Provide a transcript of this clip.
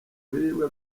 biribwa